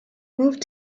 moved